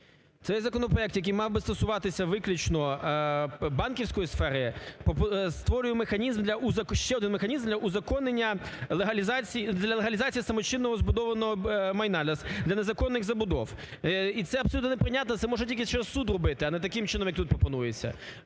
Цей законопроект, який мав би стосуватися виключно банківської сфери, створює механізм для, ще один механізм для узаконення для легалізації самочинно збудованого майна, для незаконних забудов. І це абсолютно неприйнятно, це можна тільки через суд робити, а не таким чином, як тут пропонується.